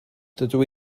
dydw